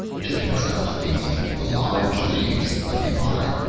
hid himself beneath the large leaves of a vine.